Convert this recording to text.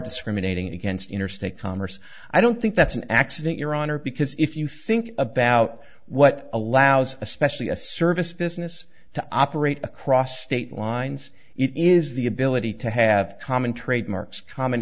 discriminating against interstate commerce i don't think that's an accident your honor because if you think about what allows especially a service business to operate across state lines it is the ability to have common trademarks common